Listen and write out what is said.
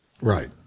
Right